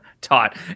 taught